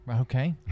Okay